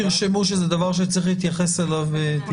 תרשמו שזה דבר שצריך להתייחס אליו לתיקון החוק.